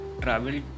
travel